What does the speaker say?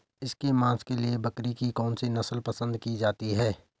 इसके मांस के लिए बकरी की कौन सी नस्ल पसंद की जाती है?